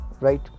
right